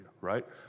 right